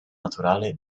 naturale